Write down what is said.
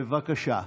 בבקשה.